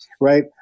right